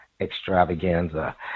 extravaganza